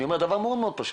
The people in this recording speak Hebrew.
אני אומר דבר מאוד פשוט,